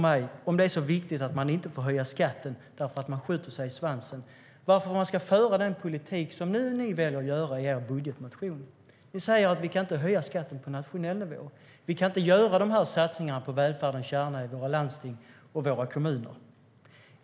Men om det är så viktigt att man inte höjer skatten därför att man då skjuter sig i svansen - tala då om för mig varför man ska föra den politik som ni nu väljer att föra i er budgetmotion! Ni säger att vi inte kan höja skatten på nationell nivå och att vi inte kan göra satsningarna på välfärdens kärna i våra landsting och kommuner.